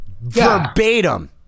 verbatim